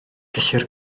gellir